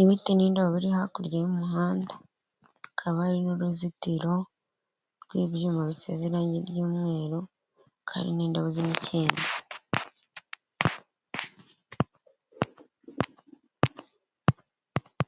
imiti n'indabo biri hakurya y'umuhanda, hakaba hari n'uruzitiro rw'ibyuma bisize irangi ry'umweru hakaba hari n'indabo z'imikindo.